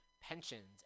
pensions